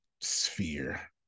Sphere